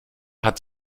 hat